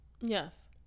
Yes